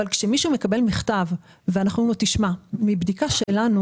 כאשר מישהו מקבל מכתב ואנחנו אומרים לו שמבדיקה שלנו